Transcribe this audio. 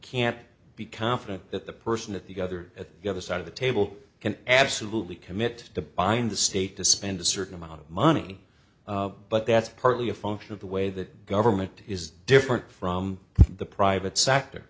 can't be confident that the person at the other at the other side of the table can absolutely commit to bind the state to spend a certain amount of money but that's partly a function of the way that government is different from the private sector